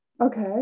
Okay